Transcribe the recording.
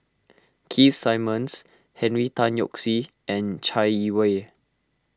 Keith Simmons Henry Tan Yoke See and Chai Yee Wei